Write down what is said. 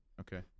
Okay